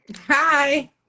Hi